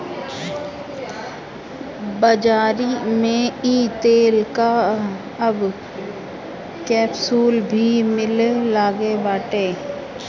बाज़ारी में इ तेल कअ अब कैप्सूल भी मिले लागल बाटे